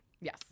Yes